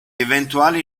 eventuali